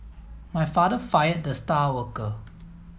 my father fired the star worker